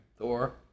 Thor